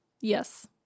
Yes